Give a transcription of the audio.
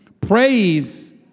Praise